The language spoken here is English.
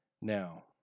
Now